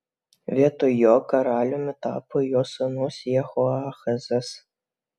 vietoj jo karaliumi tapo jo sūnus jehoahazas